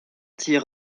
tiré